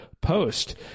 Post